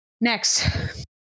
Next